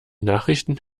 nachrichten